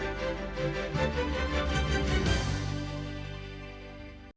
Дякую